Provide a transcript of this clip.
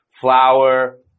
flour